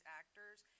actors